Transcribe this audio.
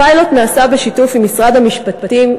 הפיילוט נעשה בשיתוף משרד המשפטים,